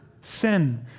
sin